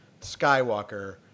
Skywalker